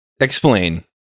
Explain